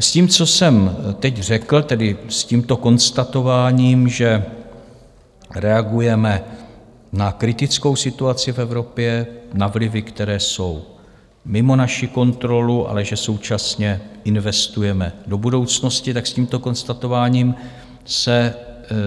S tím, co jsem teď řekl, tedy s tímto konstatováním, že reagujeme na kritickou situaci v Evropě, na vlivy, které jsou mimo naši kontrolu, ale že současně investujeme do budoucnosti, s tímto konstatováním se